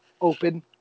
open